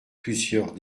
plusieurs